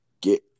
get